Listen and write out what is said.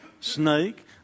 snake